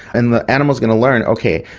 and the animal is going to learn, okay,